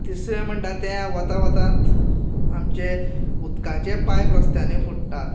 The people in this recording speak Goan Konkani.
तिसरें म्हणटात ते वता वतात आमचे उदकाचे पायप रस्त्यांनी फुट्टा